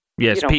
Yes